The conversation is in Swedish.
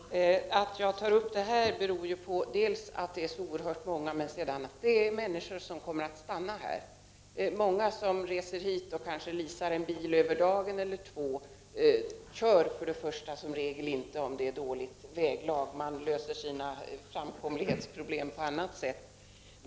Herr talman! Att jag tar upp just denna grupp beror på att denna grupp är så stor och att dessa människor kommer att stanna här i landet. Många människor från andra länder reser hit och leasar kanske en bil för en dag eller två och kör som regel inte om det är dåligt väglag. De löser sina transportproblem på annat sätt.